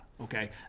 Okay